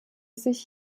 sich